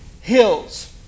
hills